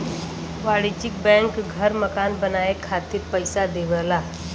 वाणिज्यिक बैंक घर मकान बनाये खातिर पइसा देवला